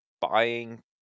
buying